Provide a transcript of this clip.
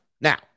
now